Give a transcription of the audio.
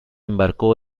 embarcó